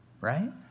Right